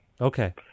Okay